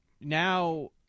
now –